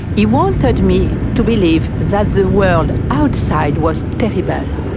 he wanted me to believe that the world outside was terrible.